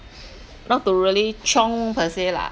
not to really chong per se lah